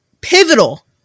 pivotal